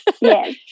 Yes